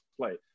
play